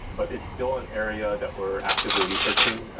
but it's still an area that we're actively researching.